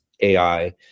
AI